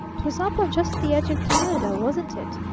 twas up on just the edge of canada, wasn't it?